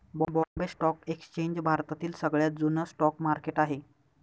Bombay stock exchange भारतातील सगळ्यात जुन स्टॉक मार्केट आहे